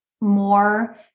more